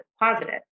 positive